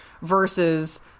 versus